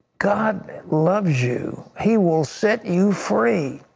god loves you. he will set you free!